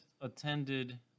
attended